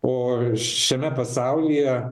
o šiame pasaulyje